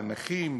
לנכים,